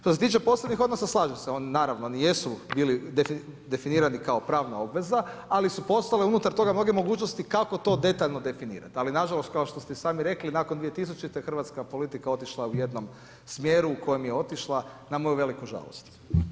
Što se tiče poslovnih odnosa, naravno oni jedu bili definirani kao pravna obveza ali su postojale unutar toga mnoge mogućnosti kako to detaljno definirati ali nažalost kao što ste i sami rekli, nakon 2000. hrvatska politika je otišla u jednom smjeru u kojem je otišla, na moju veliku žalost.